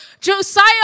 Josiah